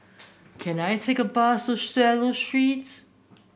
can I take a bus to Swallow Street